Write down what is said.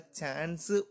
chance